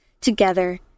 together